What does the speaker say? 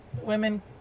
women